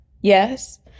yes